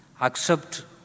accept